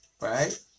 right